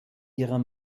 ihrer